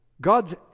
God's